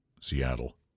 Seattle